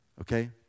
Okay